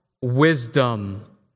Wisdom